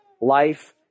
life